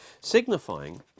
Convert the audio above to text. signifying